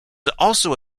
also